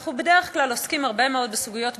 אנחנו בדרך כלל עוסקים הרבה מאוד בסוגיות ביטחוניות,